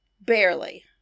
Barely